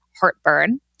heartburn